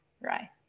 right